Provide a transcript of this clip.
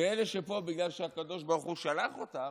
ואלה שפה בגלל שהקדוש ברוך הוא שלח אותם,